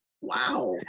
Wow